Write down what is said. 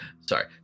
Sorry